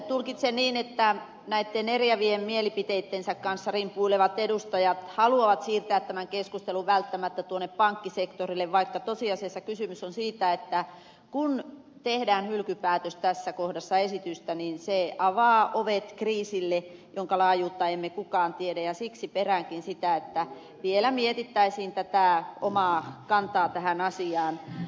tulkitsen niin että näitten eriävien mielipiteittensä kanssa rimpuilevat edustajat haluavat siirtää tämän keskustelun välttämättä tuonne pankkisektorille vaikka tosiasiassa kysymys on siitä että kun tehdään hylkypäätös tässä kohdassa esitystä niin se avaa ovet kriisille jonka laajuutta emme kukaan tiedä ja siksi peräänkin sitä että vielä mietittäisiin tätä omaa kantaa tähän asiaan